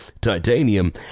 titanium